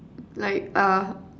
like uh